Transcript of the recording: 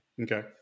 Okay